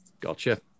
gotcha